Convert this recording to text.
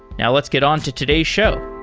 now, let's get on to today's show.